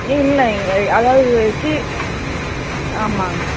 இல்லை நீங்கள் அதாவது கீழ் ஆமாங்க